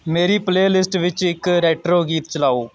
ਮੇਰੀ playlist ਵਿੱਚ ਇੱਕ ਰੈਟਰੋ ਗੀਤ ਚਲਾਓ